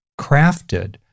crafted